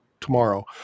tomorrow